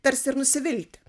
tarsi ir nusivilti